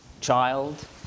child